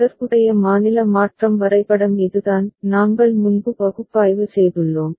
தொடர்புடைய மாநில மாற்றம் வரைபடம் இதுதான் நாங்கள் முன்பு பகுப்பாய்வு செய்துள்ளோம்